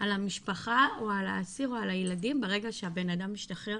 על המשפחה או על האסיר או על הילדים ברגע שהבן אדם משתחרר